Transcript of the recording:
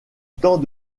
temps